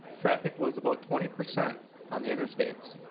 traffic was about twenty percent on the interstates